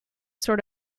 sort